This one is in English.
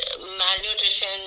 malnutrition